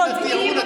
הפרכתי את הטיעון,